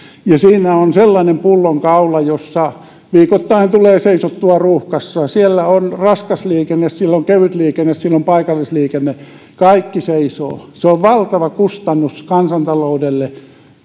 siinä on sellainen pullonkaula jossa viikoittain tulee seisottua ruuhkassa siellä on raskas liikenne siellä on kevyt liikenne siellä on paikallisliikenne kaikki seisovat se on valtava kustannus kansantaloudelle